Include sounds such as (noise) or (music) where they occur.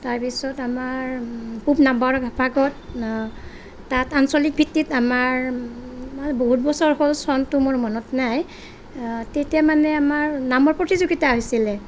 তাৰপিছত আমাৰ পূৱ (unintelligible) তাত আঞ্চলিক ভিত্তিত আমাৰ মানে বহুত বছৰ হ'ল চনটো মোৰ মনত নাই তেতিয়া মানে আমাৰ নামৰ প্ৰতিযোগিতা হৈছিলে